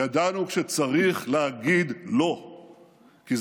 ידענו להגיד לא כשצריך,